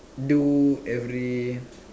do every